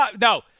No